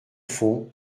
fond